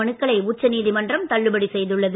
மனுக்களை உச்சநீதிமன்றம் தள்ளுபடி செய்துள்ளது